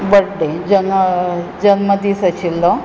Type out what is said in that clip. birthday जेन्ना जन्मदीस आशिल्लो